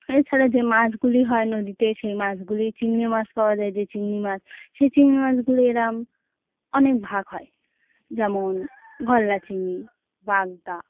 এছাড়া যে মাছগুলি হয় নদীতে সেই মাছগুলি চিংড়ি মাছ পাওয়া যায় যে চিংড়ি মাছ সেই চিংড়ি মাছগুলি এরম অনেক ভাগ হয় যেমন গলদা চিংড়ি বাগদা